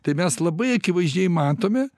tai mes labai akivaizdžiai matome